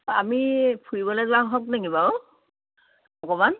আমি ফুৰিবলৈ যোৱা হওক নেকি বাৰু অকণমান